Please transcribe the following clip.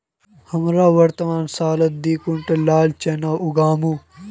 हमरा वर्तमान सालत दी क्विंटल लाल चना उगामु